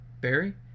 Barry